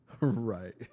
Right